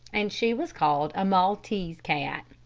and she was called a maltese cat.